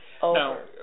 Now